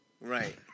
Right